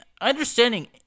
understanding